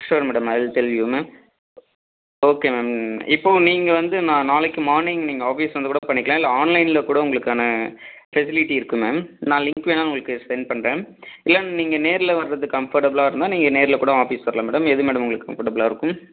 sure madam I will tell you ma'am okay ma'am இப்போ நீங்கள் வந்து நான் நாளைக்கு மார்னிங் நீங்கள் ஆஃபீஸ் வந்து கூட பண்ணிக்கலாம் இல்லை ஆன்லைனில் கூட உங்களுக்கான ஃபெசிலிட்டி இருக்கும் மேம் நான் லிங்க் வேணா உங்களுக்கு சென்ட் பண்ணுறேன் இல்லை மேம் நீங்கள் நேரில் வர்றது கம்ஃபர்ட்டபிளாக இருந்தால் நீங்கள் நேரில் கூடம் ஆஃபீஸ் வரலாம் மேடம் எது மேடம் உங்களுக்கு கம்ஃபர்ட்டபிளாக இருக்கும்